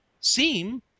seem